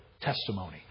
testimony